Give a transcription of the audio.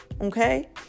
Okay